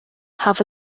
have